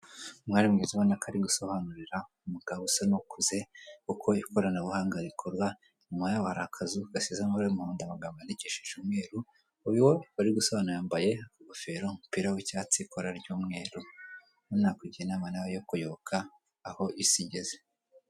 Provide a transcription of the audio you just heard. Umwari mwiza ubona ari gusobanurira umugabo usa n'ukuze uko ikoranabuhanga rikorwa, nyuma yaho hari akazu gasize amabara y'umuhondo amagambo yandikishije umweru, uwo bari gusobanurira yambaye ingofero n'umupira w'icyatsi, ikora ry'umweru reo nakugira inama nawe yo kuyoka aho isi igeze.